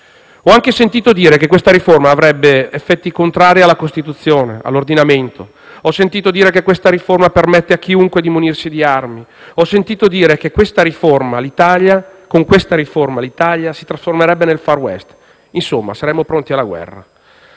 Ho anche sentito dire che questa riforma avrebbe effetti contrari alla Costituzione e all'ordinamento; ho sentito dire che questa riforma permette a chiunque di munirsi di armi; ho sentito dire che con questa riforma l'Italia si trasformerebbe nel *far west*; insomma, saremmo pronti alla guerra.